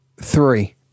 three